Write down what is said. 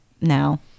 now